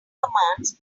commands